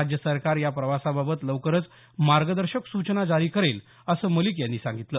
राज्य सरकार या प्रवासाबाबत लवकरच मार्गदर्शक सूचना जारी करेल असं मलिक यांनी सांगितलं